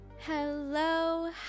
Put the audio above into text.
Hello